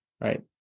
right